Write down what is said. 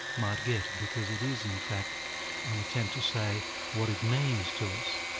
might get, because it is in fact an attempt to say what it means to us.